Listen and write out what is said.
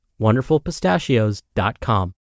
wonderfulpistachios.com